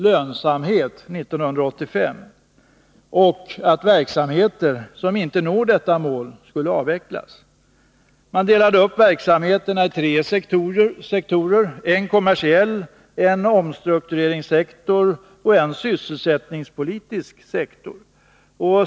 För det andra skulle verksamheter som inte nådde detta mål avvecklas. Verksamheterna delades upp i tre sektorer: en kommersiell sektor, en omstruktureringssektor och en sysselsättningspolitisk sektor.